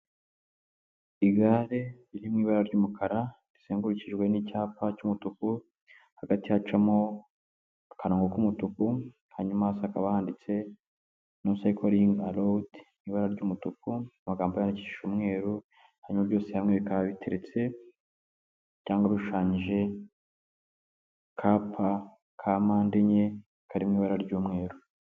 Igare riri mu ibara ry'umukara rizengurukijwe n'icyapa cy'umutuku hagati yacamo akarongo k'umutuku hanyuma hasi hakaba handitse no sayikiringi arowedi mu ibara ry'umutuku amagambo yandikishije umweru hanyuma byose hamwe bikaba biteretse cyangwa bishushanyije ku kapa kapande enye karimo ibara ry'umweru.